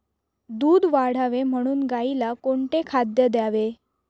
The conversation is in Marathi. दूध वाढावे म्हणून गाईला कोणते खाद्य द्यावे?